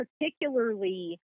particularly